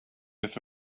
have